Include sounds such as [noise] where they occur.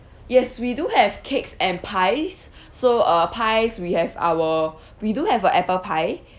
yes we do have cakes and pies [breath] so uh pies we have our [breath] we do have a apple pie